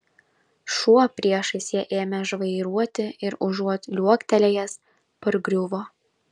šuo priešais ją ėmė žvairuoti ir užuot liuoktelėjęs pargriuvo